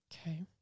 Okay